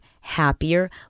happier